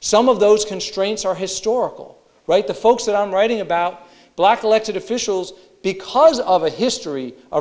some of those constraints are historical right the folks that i'm writing about black elected officials because of a history of